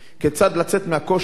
כיצד לצאת מהקושי הזה?